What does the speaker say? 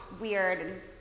weird